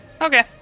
Okay